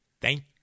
thank